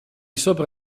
sopra